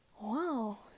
Wow